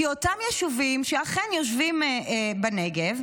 כי אותם יישובים, שאכן יושבים בנגב,